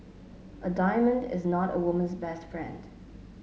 a diamond is not a woman's best friend